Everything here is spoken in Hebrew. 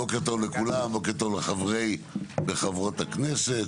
בוקר טוב לכולם, בוקר טוב לחבריי ולחברות הכנסת,